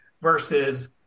versus